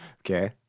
okay